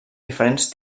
diferents